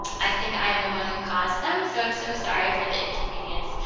i think i am the one who caused them, so i'm so sorry for the inconvenience.